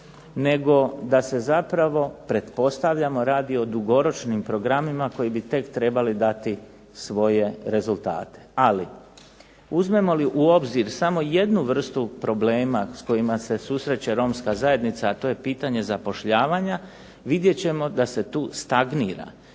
nego da se zapravo pretpostavljamo radi o dugoročnim programima koji bi tek trebali dati svoje rezultate. Ali, uzmemo li u obzir samo jednu vrstu problema s kojima se susreće romska zajednica, a to je pitanje zapošljavanja, vidjet ćemo da se tu stagnira